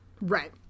Right